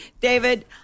David